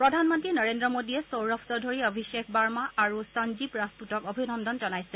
প্ৰধানমন্ত্ৰী নৰেন্দ্ৰ মোডীয়ে সৌৰভ চৌধৰী অভিশেখ বাৰ্মা আৰু সঞ্জীৱ ৰাজপুতক অভিনন্দন জনাইছে